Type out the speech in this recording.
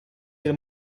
del